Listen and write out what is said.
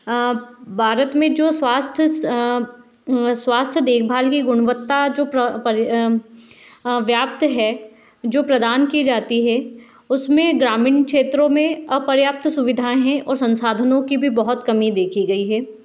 भारत में जो स्वास्थ्य स्वास्थ्य देखभाल की गुणवत्ता जो व्याप्त है जो प्रदान की जाती है उसमें ग्रामीण क्षेत्रों में अपर्याप्त सुविधाएं हैं और संसाधनों की भी बहुत कमी देखी गई है